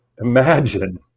imagine